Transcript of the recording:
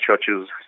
churches